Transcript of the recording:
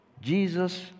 Jesus